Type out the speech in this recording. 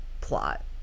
plot